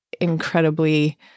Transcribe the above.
incredibly